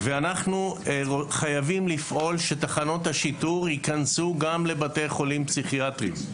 ואנחנו חייבים לפעול שתחנות השיטור ייכנסו גם לבתי חולים פסיכיאטריים,